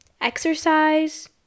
exercise